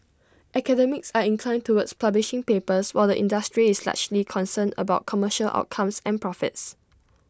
academics are inclined towards publishing papers while the industry is largely concerned about commercial outcomes and profits